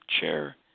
chair